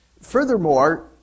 Furthermore